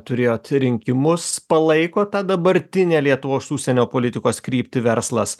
turėjot rinkimus palaikot tą dabartinę lietuvos užsienio politikos kryptį verslas